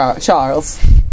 Charles